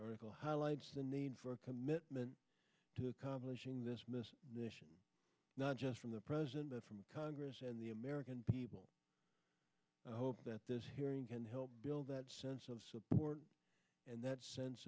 article highlights the need for a commitment to accomplishing this miss not just from the present but from congress and the american people i hope that this hearing can help build that sense of support and that sense